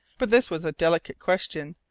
but this was a delicate question,